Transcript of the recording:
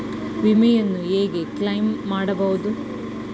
ವಿಮೆಯನ್ನು ಹೇಗೆ ಕ್ಲೈಮ್ ಮಾಡುವುದು?